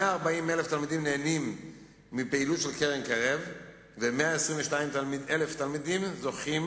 140,000 תלמידים נהנים מפעילות של קרן קרב ו-122,000 תלמידים זוכים